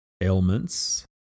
ailments